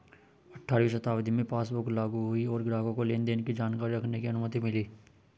अठारहवीं शताब्दी में पासबुक लागु हुई और ग्राहकों को लेनदेन की जानकारी रखने की अनुमति मिली